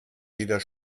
jeder